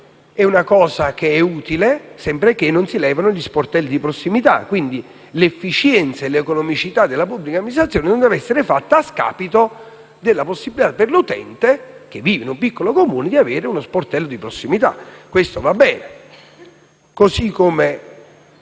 è una cosa utile, sempre che non si tolgano gli sportelli di prossimità. L'efficienza e l'economicità della pubblica amministrazione non devono essere realizzate a scapito della possibilità, per l'utente che vive in un piccolo Comune, di avere uno sportello di prossimità. Questo va bene.